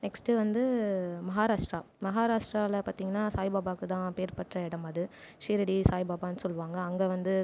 next வந்து மஹாராஷ்ட்ரா மஹாராஷ்டிராவில பார்த்திங்கன்னா சாய் பாபாக்கு தான் பேர் பெற்ற இடம் அது ஸ்ரீரடி சாய் பாபான்னு சொல்லுவாங்க அங்கே வந்து